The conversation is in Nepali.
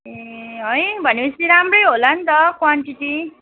ए है भनेपछि राम्रै होला नि त क्वान्टिटी